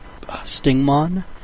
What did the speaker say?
Stingmon